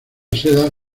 seda